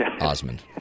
Osmond